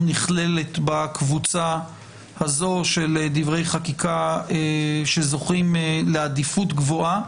נכללת בקבוצה הזו של דברי חקיקה שזוכים לעדיפות גבוהה